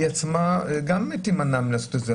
היא עצמה תימני מלעשות את זה.